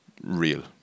real